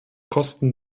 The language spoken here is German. kosten